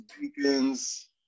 beacons